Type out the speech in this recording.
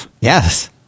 Yes